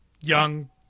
young